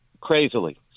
Crazily